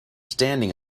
standing